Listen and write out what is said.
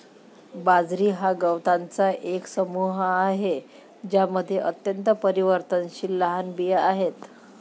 बाजरी हा गवतांचा एक समूह आहे ज्यामध्ये अत्यंत परिवर्तनशील लहान बिया आहेत